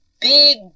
big